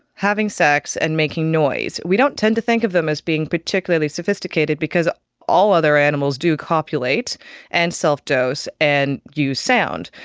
having sex and making noise, we don't tend to think of them as being particularly sophisticated because all other animals do copulate and self-dose and use sound.